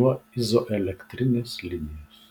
nuo izoelektrinės linijos